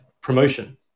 promotion